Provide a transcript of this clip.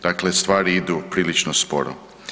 Dakle stvari idu prilično sporo.